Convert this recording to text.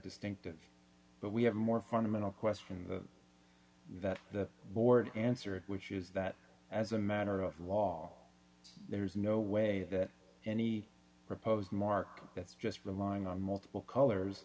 distinctive but we have a more fundamental question that the board answer which is that as a matter of law there is no way that any proposed market that's just relying on multiple colors